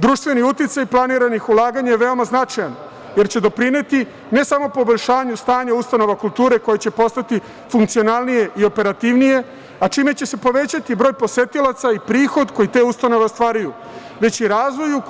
Društveni uticaj planiranih ulaganja je veoma značajan jer će doprineti ne samo poboljšanju stanja ustanova kulture koje će postati funkcionalnije i operativnije, a čime će se povećati broj posetilaca i prihod koji te ustanove ostvaruju, već i razvoju